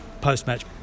post-match